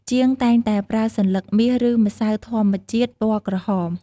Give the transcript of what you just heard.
ជាងតែងតែប្រើសន្លឹកមាស ឬ ម្សៅធម្មជាតិពណ៌ក្រហម។